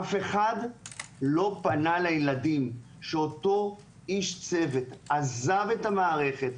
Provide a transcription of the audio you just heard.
אף אחד לא פנה לילדים שאותו איש צוות עזב את המערכת,